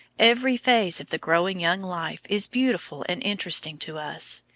every phase of the growing young life is beautiful and interesting to us.